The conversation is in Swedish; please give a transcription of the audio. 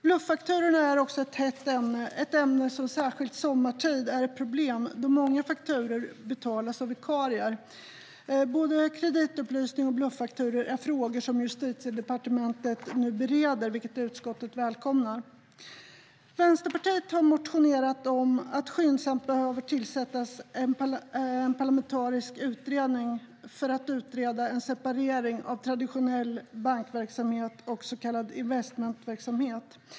Bluffakturor är också ett hett ämne, som särskilt sommartid är ett problem då många fakturor betalas av vikarier. Både kreditupplysning och bluffakturor är frågor som Justitiedepartementet nu bereder, vilket utskottet välkomnar. Vänsterpartiet har motionerat om att det skyndsamt behöver tillsättas en parlamentarisk utredning för att utreda en separering av traditionell bankverksamhet och så kallad investmentverksamhet.